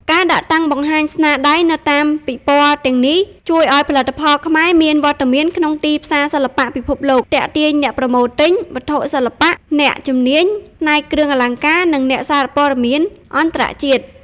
ការដាក់តាំងបង្ហាញស្នាដៃនៅតាមពិព័រណ៍ទាំងនេះ ជួយឱ្យផលិតផលខ្មែរមានវត្តមានក្នុងទីផ្សារសិល្បៈពិភពលោក ទាក់ទាញ អ្នកប្រមូលទិញ វត្ថុសិល្បៈ អ្នកជំនាញ ផ្នែកគ្រឿងអលង្ការ និង អ្នកសារព័ត៌មានអន្តរជាតិ។